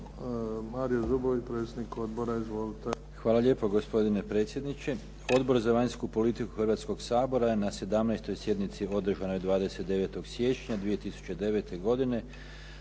Hvala lijepo. Gospodine predsjedniče. Odbor za vanjsku politiku Hrvatskoga sabora na 17. sjednici održanoj 29. siječnja 2009. godine